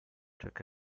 took